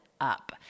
up